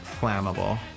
flammable